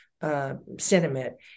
sentiment